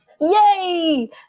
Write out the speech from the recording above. Yay